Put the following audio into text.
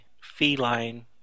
feline